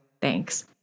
thanks